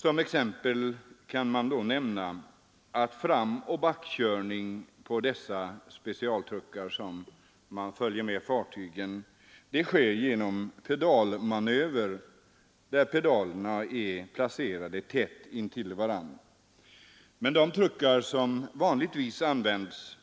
Som exempel kan nämnas att framoch backkörning på dessa specialtruckar sker genom pedalmanöver, där pedalerna är placerade tätt intill varandra. På de truckar som vanligtvis används